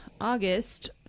August